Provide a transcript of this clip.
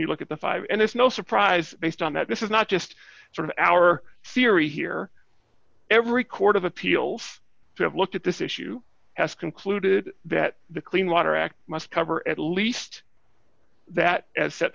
you look at the five and it's no surprise based on that this is not just sort of our theory here every court of appeals to have looked at this issue has concluded that the clean water act must cover at least that as set